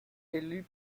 élus